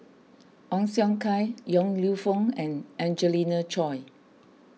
Ong Siong Kai Yong Lew Foong and Angelina Choy